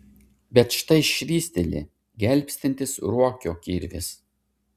bet štai švysteli gelbstintis ruokio kirvis